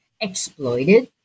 exploited